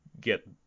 get